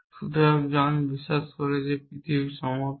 সুতরাং জন বিশ্বাস করেন যে পৃথিবী সমতল